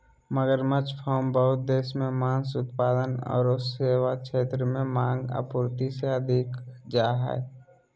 मगरमच्छ फार्म बहुत देश मे मांस उत्पाद आरो सेवा क्षेत्र में मांग, आपूर्ति से अधिक हो जा हई